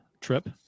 trip